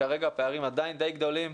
כרגע הפערים עדיין די גדולים,